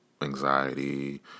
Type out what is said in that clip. anxiety